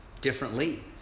differently